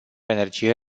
energie